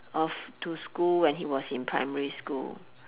off to school when he was in primary school